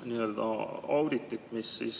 auditi kohta, mis